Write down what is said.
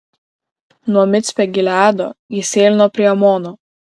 nuo micpe gileado jis sėlino prie amono